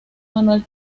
manuel